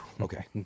okay